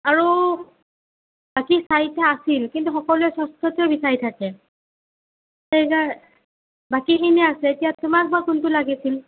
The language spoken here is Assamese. আৰু বাকী চাৰিটা আছিল কিন্তু সকলোৱে ষষ্ঠটোৱেই বিচাৰি থাকে সেইকাৰণে বাকীখিনি আছে এতিয়া তোমাক বা কোনটো লাগিছিল